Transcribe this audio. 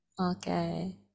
Okay